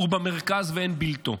הוא במרכז, ואין בלתו.